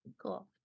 Cool